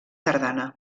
tardana